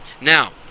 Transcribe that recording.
Now